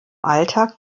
alltag